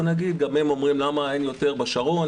גם הם אומרים לא אין יותר בשרון,